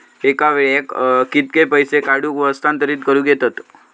एका वेळाक कित्के पैसे काढूक व हस्तांतरित करूक येतत?